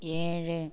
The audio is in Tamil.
ஏழு